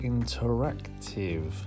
Interactive